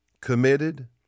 committed